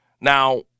Now